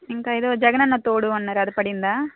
ఇంకా ఏదో జగనన్న తోడు అన్నారు అది పడిందా